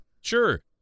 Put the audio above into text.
Sure